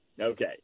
Okay